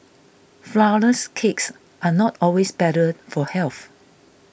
Flourless Cakes are not always better for health